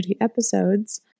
episodes